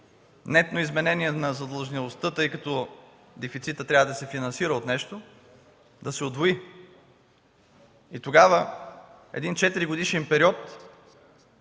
нетно изменение на задлъжнялостта, тъй като дефицитът трябва да се финансира от нещо, да се удвои и тогава един 4-годишен период